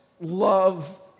love